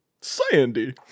Sandy